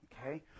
okay